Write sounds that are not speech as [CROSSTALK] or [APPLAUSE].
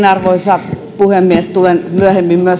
[UNINTELLIGIBLE] arvoisa puhemies tulen myös myöhemmin